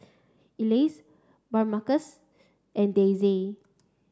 Elease Damarcus and Daisey